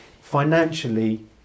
financially